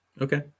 Okay